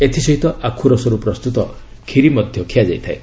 ଏଥିସହିତ ଆଖୁରସରୁ ପ୍ରସ୍ତୁତ କ୍ଷୀରି ମଧ୍ୟ ଖିଆଯାଇଥାଏ